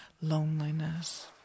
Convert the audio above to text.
loneliness